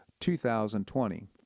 2020